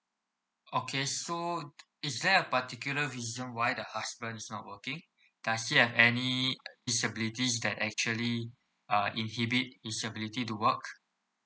okay so is there a particular reason why the husband is not working does he have any disabilities that actually uh inhibit his ability to work